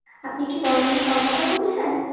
আপনি কি বর্ণালী কর্মকার বলছেন